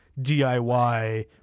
DIY